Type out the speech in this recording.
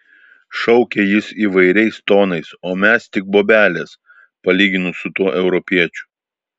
šaukė jis įvairiais tonais o mes tik bobelės palyginus su tuo europiečiu